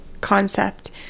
concept